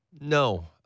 No